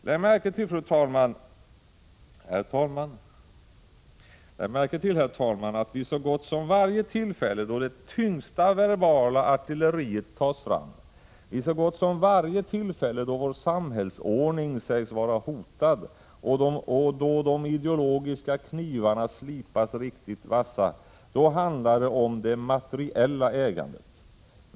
Lägg märke till, herr talman, att det vid så gott som varje tillfälle då det tyngsta verbala artilleriet tas fram, vid så gott som varje tillfälle då vår samhällsordning sägs vara hotad och då de ideologiska knivarna slipas riktigt vassa, handlar om det materiella ägandet.